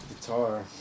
guitar